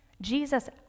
Jesus